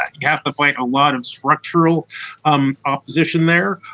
ah you have to find a lot of structural um opposition there.